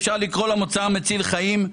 אפשר לקרוא לו מוצא מציל חיים.